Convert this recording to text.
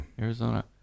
arizona